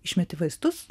išmeti vaistus